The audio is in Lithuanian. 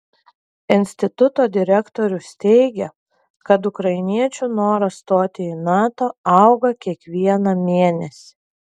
instituto direktorius teigia kad ukrainiečių noras stoti į nato auga kiekvieną mėnesį